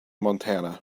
montana